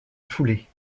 foulée